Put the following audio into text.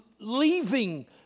leaving